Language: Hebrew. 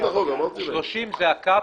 30 זה הקו